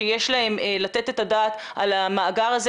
שיש להם לתת את הדעת על המאגר הזה,